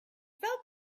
felt